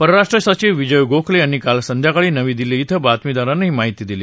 परराष्ट्र सचीव विजय गोखले यांनी काल संध्याकाळी नवी दिल्ली कें बातमीदारांना ही माहिती दिली